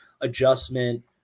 adjustment